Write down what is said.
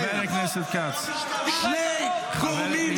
סליחה, חבר הכנסת כץ, חבר הכנסת כץ.